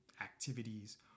activities